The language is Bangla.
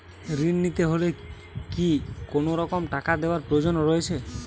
ঋণ নিতে হলে কি কোনরকম টাকা দেওয়ার প্রয়োজন রয়েছে?